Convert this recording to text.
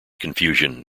confusion